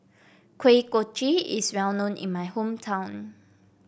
Kuih Kochi is well known in my hometown